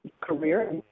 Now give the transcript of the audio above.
career